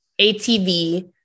ATV